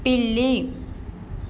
పిల్లి